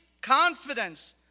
confidence